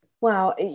Wow